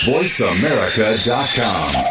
VoiceAmerica.com